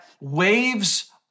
waves